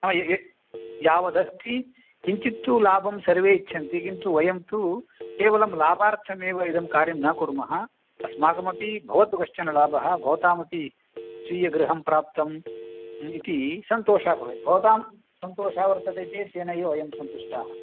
नाम ए यावदस्ति किञ्चित्तु लाभं सर्वे इच्छन्ति किन्तु वयं तु केवलं लाभार्थमेव इदं कार्यं न कुर्मः अस्माकमपि भवतु कश्चनलाभः भवतामपि स्वीयगृहं प्राप्तं इति सन्तोषः भवेत् भवतां सन्तोषः वर्तते तेनैव वयं सन्तुष्टाः